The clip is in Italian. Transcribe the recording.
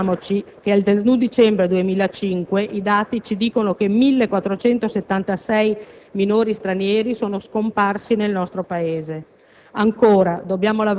morte. Ricordiamoci che i dati, al 31 dicembre 2005, ci dicono che 1.476 minori stranieri sono scomparsi nel nostro Paese.